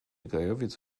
gajowiec